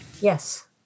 Yes